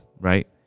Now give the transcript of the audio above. Right